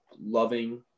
loving